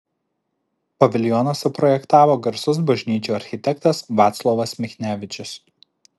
paviljoną suprojektavo garsus bažnyčių architektas vaclovas michnevičius